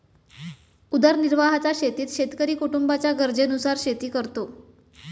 उदरनिर्वाहाच्या शेतीत शेतकरी कुटुंबाच्या गरजेनुसार शेती करतो